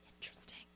Interesting